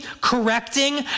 correcting